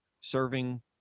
serving